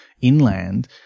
inland